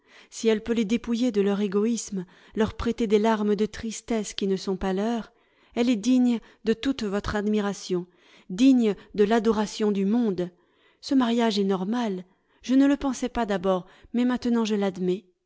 si elle peut les dépouiller de leur égoïsme leur prêter des larmes de tristesse qui ne sont pas leurs elle est digne de toute votre admiration digne de l'adoration du monde ce mariage est normal je ne le pensais pas d'abord mais maintenant je l'admets